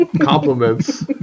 Compliments